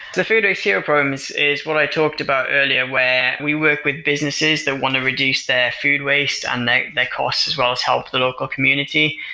the food waste hero problem is is what i talked about earlier, where we work with businesses that want to reduce their food waste and their costs, as well as help the local community.